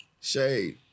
Shade